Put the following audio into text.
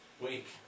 Wake